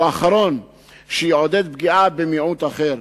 הוא האחרון שיעודד פגיעה במיעוט אחר.